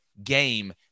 game